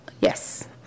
Yes